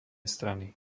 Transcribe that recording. strany